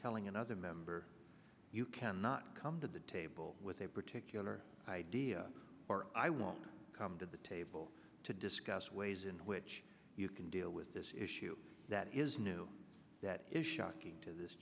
telling another member you cannot come to the table with a particular idea or i will come to the table to discuss ways in which you can deal with this issue that is new that is shocking to this